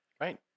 Right